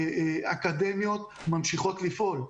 אקדמיות, ממשיכות לפעול.